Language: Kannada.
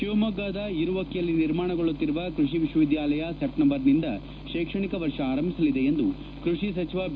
ಶಿವಮೊಗ್ಗದ ಇರುವಕ್ಕಿಯಲ್ಲಿ ನಿರ್ಮಾಣಗೊಳ್ಳುತ್ತಿರುವ ಕೃಷಿ ವಿಶ್ವವಿದ್ಯಾಲಯ ಸೆಪ್ಷೆಂಬರ್ನಿಂದ ಶೈಕ್ಷಣಿಕ ವರ್ಷ ಆರಂಭಿಸಲಿದೆ ಎಂದು ಕೃಷಿ ಸಚಿವ ಬಿ